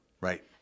Right